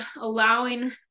allowing